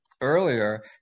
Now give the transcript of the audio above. earlier